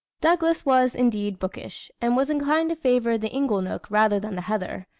douglas was, indeed, bookish and was inclined to favor the inglenook rather than the heather.